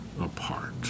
apart